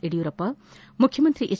ಯಡಿಯೂರಪ್ಪ ಮುಖ್ಯಮಂತ್ರಿ ಎಚ್